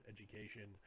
Education